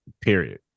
period